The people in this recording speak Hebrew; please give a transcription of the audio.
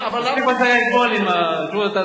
האם שר התיירות רוצה להתייחס לנושא הזה?